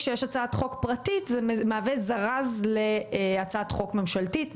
כשיש הצעת חוק פרטית זה מהווה זרז להצעת חוק ממשלתית.